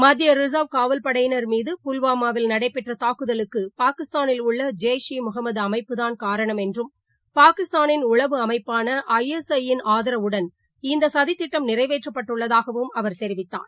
மத்தியரிச்வ் காவல்படையினர் மீது புல்வாமாவில் நடைபெற்றதாக்குதலுக்குபாகிஸ்தானில் உள்ளஜெய்ஷ் ஈமுகமதுஅமைப்புதான் காரணம் என்றும் பாகிஸ்தானின் உளவு அமைப்பான் ஐ எஸ் ஐயின் ஆதரவுடன் இந்தசதித்திட்டம் நிறைவேற்றப்பட்டுள்ளதாகவும் அவர் தெரிவித்தார்